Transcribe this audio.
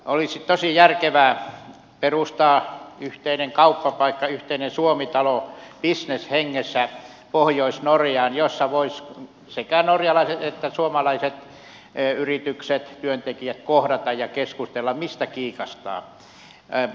olisi tosi järkevää perustaa yhteinen kauppapaikka yhteinen suomi talo bisneshengessä pohjois norjaan jossa voisivat sekä norjalaiset että suomalaiset yritykset ja työntekijät kohdata ja keskustella mistä kiikastaa